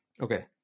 Okay